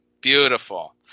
Beautiful